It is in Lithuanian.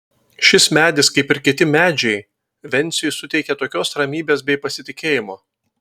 šis medis kaip ir kiti medžiai venciui suteikia tokios ramybės bei pasitikėjimo